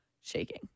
shaking